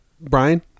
Brian